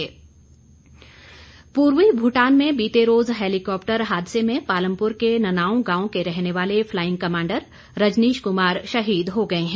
शहीद पूर्वी भूटान में बीते रोज हैलिकॉप्टर हादसे में पालमपुर के ननाओं गांव के रहने वाले फ्लाइंग कमांडर रजनीश कुमार शहीद हो गए हैं